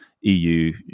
EU